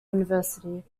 university